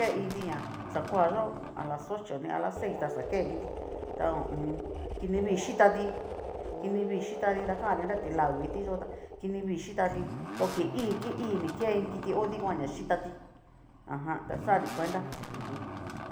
Ke iin ti ña xakuayo alas ocho ni alas seis taxa ke iinti, ta ho o on kini vii xhitati, kini vii xhitati ta kannri na tila ngutiyo tá kini vii xhitati do ki'i ki'ini ke iin kito ho dikuan ña xhitati, ajan ta xanri kuenta m jum.